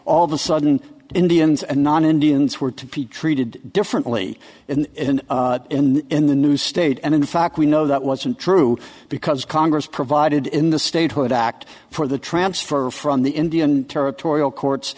all of a sudden indians and non indians were to be treated differently in in the new state and in fact we know that wasn't true because congress provided in the statehood act for the transfer from the indian territorial courts